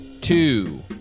two